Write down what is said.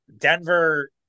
Denver